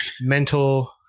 mental